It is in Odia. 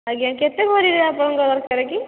ଆଜ୍ଞା କେତେ ଭରିରେ ଆପଣଙ୍କର ଦରକାର କି